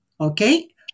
okay